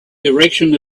direction